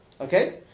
Okay